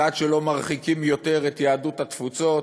ועד שלא מרחיקים יותר את יהדות התפוצות,